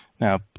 Now